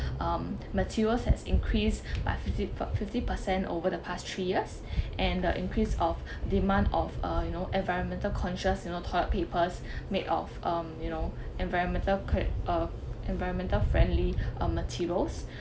um materials has increased by fifty fo~ fifty percent over the past three years and the increase of demand of uh you know environmental conscious you know toilet papers made of um you know environmental co~ uh environmental friendly uh materials